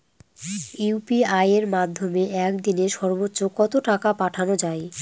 UPI এর মাধ্যমে এক দিনে সর্বচ্চ কত টাকা পাঠানো যায়?